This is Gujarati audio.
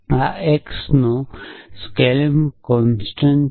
આ xનો સ્ક્લેઇમ કોંસ્ટંટ છે